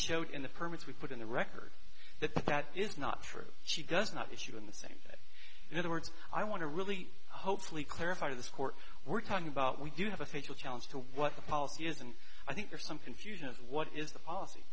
show in the permits we put in the record that that is not true she does not issue in the same in other words i want to really hopefully clarify to this court we're talking about we do have a facial challenge to what the policy is and i think there's some confusion of what is the policy